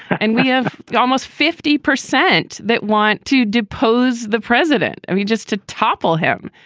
and we have almost fifty percent that want to depose the president. i mean, just to topple him,